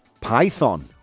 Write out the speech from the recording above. python